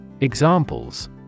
Examples